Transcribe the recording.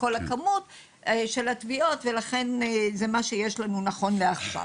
כל מספר התביעות ולכן זה מה שיש לנו נכון לעכשיו,